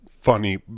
funny